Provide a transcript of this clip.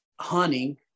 hunting